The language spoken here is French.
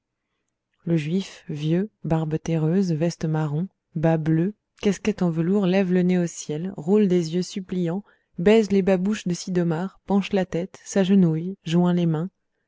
le juif vieux barbe terreuse veste marron bas bleus casquette en velours lève le nez au ciel roule des yeux suppliants baise les babouches de sid'omar penche la tête s'agenouille joint les mains